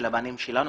של הבנים שלנו,